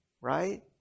right